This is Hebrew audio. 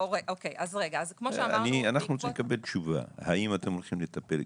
אנחנו רוצים לקבל תשובה, האם אתם הולכים לטפל.